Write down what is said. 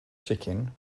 chicken